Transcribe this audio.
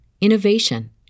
innovation